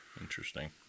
Interesting